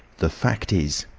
the fact is,